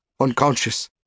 unconscious